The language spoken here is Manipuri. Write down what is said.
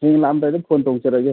ꯍꯌꯦꯡ ꯂꯥꯛꯑꯝꯗꯥꯏꯗ ꯐꯣꯟ ꯇꯧꯖꯔꯒꯦ